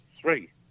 three